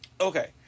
Okay